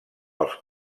els